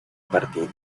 partido